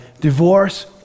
divorce